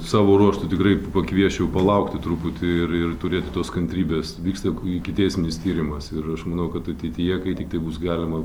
savo ruožtu tikrai pakviesčiau palaukti truputį ir ir turėti tos kantrybės vyksta ikiteisminis tyrimas ir aš manau kad ateityje kai tiktai bus galima